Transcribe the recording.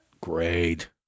Great